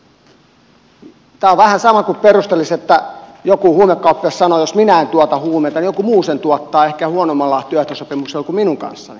tämä on vähän sama kuin perustelisi että joku huumekauppias sanoo että jos minä en tuota huumeita niin joku muu sen tuottaa ehkä huonommalla työehtosopimuksella kuin minun kanssani